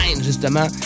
justement